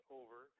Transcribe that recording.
over